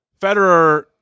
Federer